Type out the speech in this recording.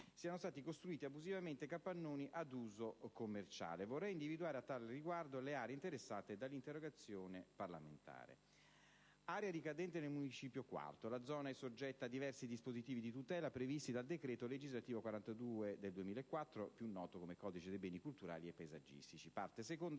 sono stati costruiti abusivamente capannoni ad uso commerciale. Vorrei individuare, a tale riguardo, le aree interessate dall'interrogazione parlamentare. Area ricadente nel Municipio IV: la zona è soggetta a diversi dispositivi di tutela previsti dal decreto legislativo n. 42 del 2004 (Codice dei beni culturali e paesaggistici), parti II